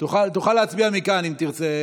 תוכל להצביע מכאן אם תרצה.